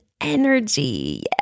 energy